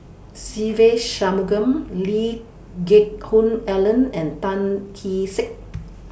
Se Ve Shanmugam Lee Geck Hoon Ellen and Tan Kee Sek